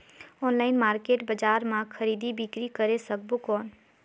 Online market बजार मां खरीदी बीकरी करे सकबो कौन?